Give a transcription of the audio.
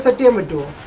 ah down with all